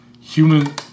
Human